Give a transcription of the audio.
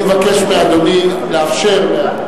אני מבקש מאדוני לאפשר.